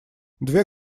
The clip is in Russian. две